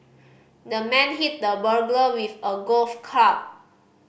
the man hit the burglar with a golf club